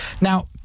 Now